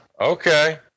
Okay